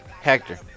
Hector